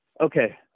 Okay